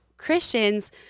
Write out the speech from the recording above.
Christians